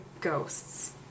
ghosts